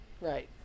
Right